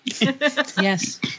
Yes